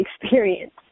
experience